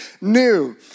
new